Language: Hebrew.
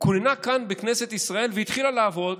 כוננה כאן בכנסת ישראל והתחילה לעבוד